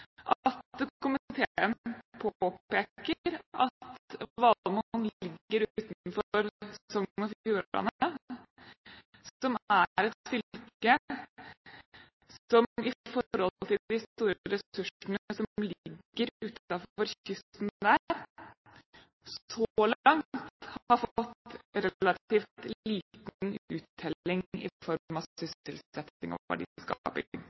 påpeker at Valemon ligger utenfor Sogn og Fjordane, som er et fylke som i forhold til de store ressursene som ligger utenfor kysten der, så langt har fått relativt liten uttelling i form av sysselsetting og verdiskaping.